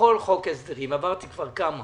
בכל חוק הסדרים ועברתי כבר כמה